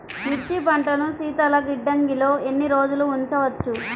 మిర్చి పంటను శీతల గిడ్డంగిలో ఎన్ని రోజులు ఉంచవచ్చు?